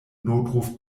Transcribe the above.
notruf